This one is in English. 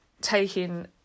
taking